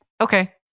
okay